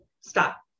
stop